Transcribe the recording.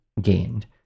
gained